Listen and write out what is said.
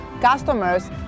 customers